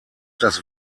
das